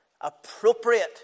appropriate